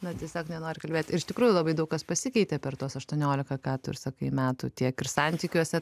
na tiesiog nenori kalbėt iš tikrųjų labai daug kas pasikeitė per tuos aštuoniolika ką tu ir sakai metų tiek ir santykiuose